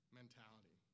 mentality